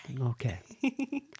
okay